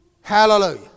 Hallelujah